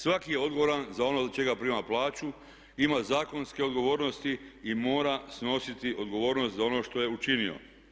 Svatko je odgovoran za ono za što prima plaću, ima zakonske odgovornosti i mora snositi odgovornost za ono što je učinio.